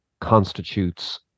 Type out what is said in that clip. constitutes